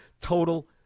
total